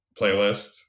playlist